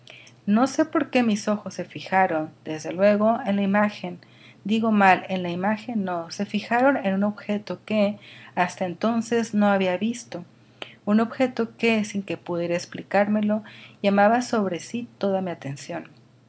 no sé por qué mis ojos se fijaron desde luego en la imagen digo mal en la imagen no se fijaron en un objeto que hasta entonces no había visto un objeto que sin poder explicármelo llamaba sobre sí toda mi atención